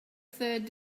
third